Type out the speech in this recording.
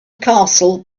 castle